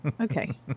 Okay